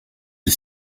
des